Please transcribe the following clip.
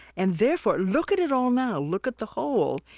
and therefore, look at it all now, look at the whole,